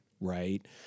right